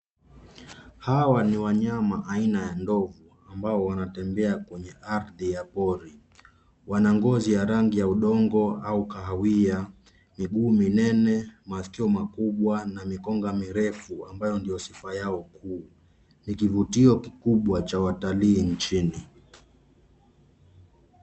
Hawa ni wanyama aina ya ndovu ambao wanatembea kwenye ardhi ya pori. Wana ngozi ya rangi ya udongo au kahawia, miguu minene, masikio makubwa na mikonga mirefu ambayo ndio sifa yao kuu. Ni kivutio kikubwa cha watalii nchini.